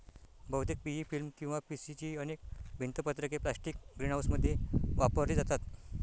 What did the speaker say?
बहुतेक PE film किंवा PC ची अनेक भिंत पत्रके प्लास्टिक ग्रीनहाऊसमध्ये वापरली जातात